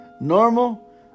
Normal